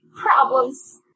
problems